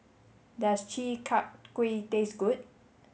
does Chi Kak Kuih taste good